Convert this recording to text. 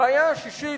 הבעיה השישית,